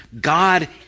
God